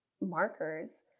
markers